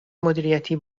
مدیریتی